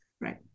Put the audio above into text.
Right